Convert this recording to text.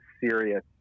serious